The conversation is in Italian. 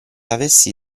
avessi